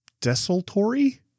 desultory